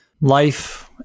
life